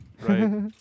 right